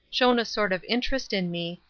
shown a sort of interest in me,